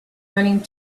running